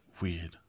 Weird